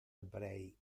ebrei